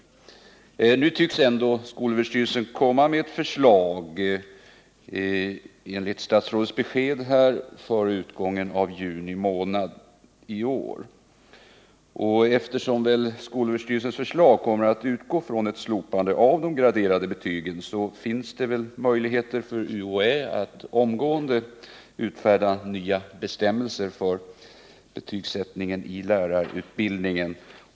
Enligt statsrådet Rodhe kommer före utgången av juni månad ett förslag från skolöverstyrelsen. Eftersom skolöverstyrelsens förslag kommer att utgå från ett slopande av de graderade betygen så finns det väl möjligheter för UHÄ att omgående utfärda nya bestämmelser för betygsättningen i lärarutbildningen.